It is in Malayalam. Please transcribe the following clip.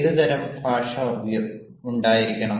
ഏത് തരം ഭാഷ ഉണ്ടായിരിക്കണം